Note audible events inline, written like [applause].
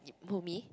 [noise] who me